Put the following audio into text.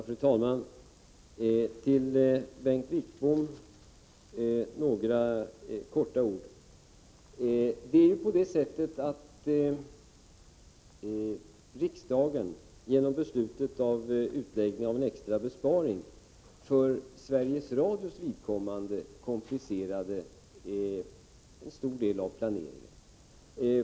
Fru talman! Några få ord till Bengt Wittbom. Genom riksdagens beslut om genomförande av en extra besparing för Sveriges Radios vidkommande komplicerades en stor del av planeringen.